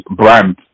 brand